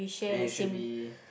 and it should be